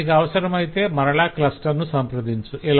దానికి అవసరమైతే మరల కస్టమర్ ను సంప్రదించు